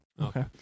Okay